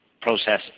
process